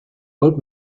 old